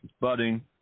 budding